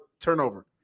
turnover